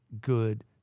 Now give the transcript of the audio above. good